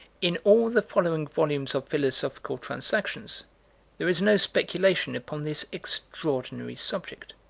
in all the following volumes of philosophical transactions there is no speculation upon this extraordinary subject.